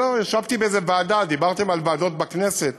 ישבתי באיזה ועדה, דיברתם על ועדות בכנסת,